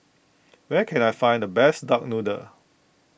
where can I find the best Duck Noodle